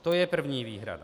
To je první výhrada.